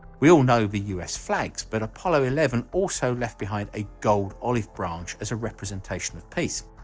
we all know the u s. flags but apollo eleven also left behind a gold olive branch as a representation of peace.